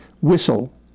whistle